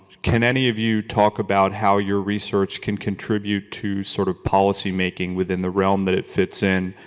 can any of you talk about how your research can contribute to sort of policymaking within the realm that it fits in?